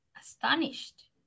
astonished